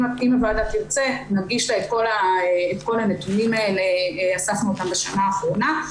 אם הוועדה תרצה נגיש את כל הנתונים האלה שאספנו בשנה האחרונה.